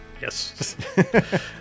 yes